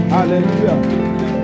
Hallelujah